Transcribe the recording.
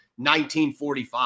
1945